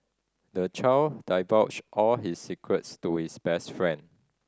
the child divulged all his secrets to his best friend